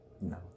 No